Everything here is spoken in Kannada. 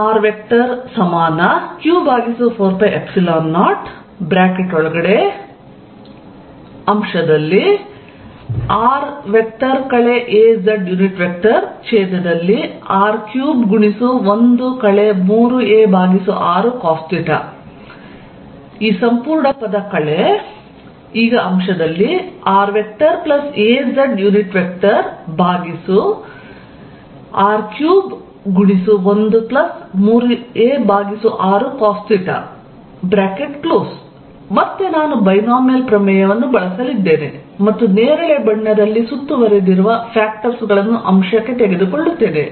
Erq4π0r azr31 3arcosθ razr313arcosθ ಮತ್ತೆ ನಾನು ಬೈನೋಮಿಯಲ್ ಪ್ರಮೇಯವನ್ನು ಬಳಸಲಿದ್ದೇನೆ ಮತ್ತು ನೇರಳೆ ಬಣ್ಣದಲ್ಲಿ ಸುತ್ತುವರೆದಿರುವ ಫ್ಯಾಕ್ಟರ್ಸ್ ಗಳನ್ನು ಅಂಶಕ್ಕೆ ತೆಗೆದುಕೊಳ್ಳುತ್ತೇನೆ